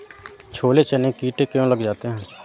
छोले चने में कीड़े क्यो लग जाते हैं?